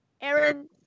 Aaron